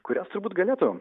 kurias turbūt galėtų